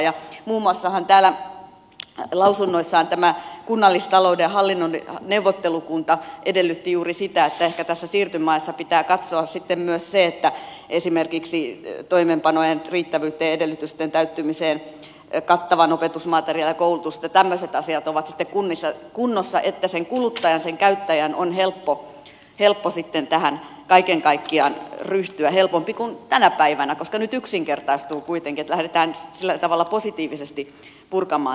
muun muassahan täällä lausunnoissaan tämä kunnallistalouden ja hallinnon neuvottelukunta edellytti juuri sitä että ehkä tässä siirtymäajassa pitää katsoa sitten myös esimerkiksi toimeenpanoajan riittävyyttä ja edellytysten täyttymiseen kattavaa opetusmateriaalia ja koulutusta että tämmöiset asiat ovat sitten kunnissa kunnossa että sen kuluttajan sen käyttäjän on helppo sitten tähän kaiken kaikkiaan ryhtyä helpompi kuin tänä päivänä koska nyt yksinkertaistuu kuitenkin kun lähdetään sillä tavalla positiivisesti purkamaan tätä